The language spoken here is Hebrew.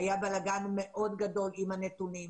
היה בלגן מאוד גדול עם הנתונים,